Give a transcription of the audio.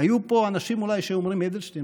היו פה אולי אנשים שהיו אומרים: אדלשטיין,